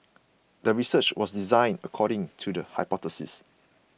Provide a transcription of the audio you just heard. the research was designed according to the hypothesis